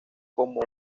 como